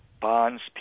bonds